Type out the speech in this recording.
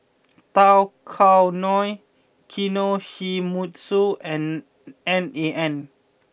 Tao Kae Noi Kinohimitsu and N A N